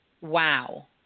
Wow